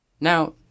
Now